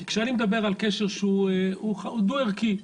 כי כשאני מדבר על קשר שהוא דו ערכי,